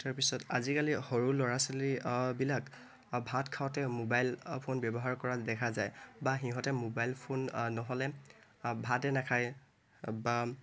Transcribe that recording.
তাৰপিছত আজিকালি সৰু ল'ৰা ছোৱালী বিলাক ভাত খাওঁতে মোবাইল ফোন ব্যৱহাৰ কৰা দেখা যায় বা সিহঁতে মোবাইল ফোন নহ'লে ভাতে নাখায় বা